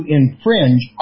infringe